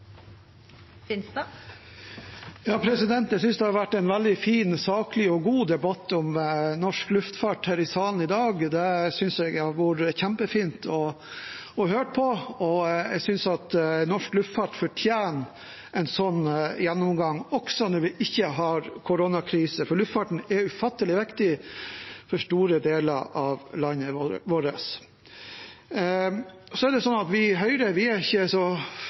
Jeg synes det har vært en veldig fin, saklig og god debatt om norsk luftfart her i salen i dag. Det synes jeg har vært kjempefint å høre på. Jeg synes at norsk luftfart fortjener en sånn gjennomgang også når vi ikke har koronakrise, for luftfarten er ufattelig viktig for store deler av landet vårt. Vi i Høyre er ikke så fryktelig opptatt av å pålegge luftfartsselskapene økte avgifter eller for så